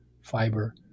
fiber